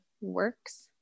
works